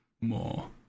more